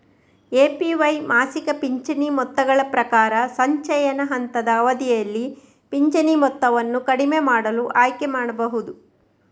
APY ಮಾಸಿಕ ಪಿಂಚಣಿ ಮೊತ್ತಗಳ ಪ್ರಕಾರ, ಸಂಚಯನ ಹಂತದ ಅವಧಿಯಲ್ಲಿ ಪಿಂಚಣಿ ಮೊತ್ತವನ್ನು ಕಡಿಮೆ ಮಾಡಲು ಆಯ್ಕೆ ಮಾಡಬಹುದು